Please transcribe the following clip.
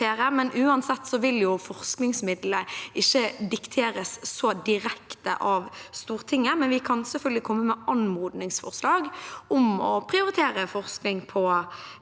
Uansett vil forskningsmidlene ikke dikteres så direkte av Stortinget, men vi kan selvfølgelig komme med anmodningsforslag om å prioritere forskning på